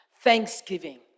thanksgiving